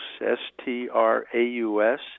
S-T-R-A-U-S